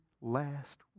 last